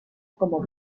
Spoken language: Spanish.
como